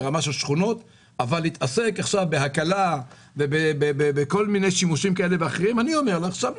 אבל להתעסק בהקלה ובדברים כאלו ואחרים זה שגוי.